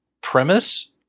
premise